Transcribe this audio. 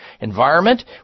environment